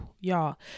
y'all